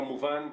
כמובן,